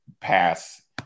pass